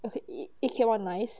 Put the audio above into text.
okay it came out nice